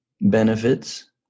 Benefits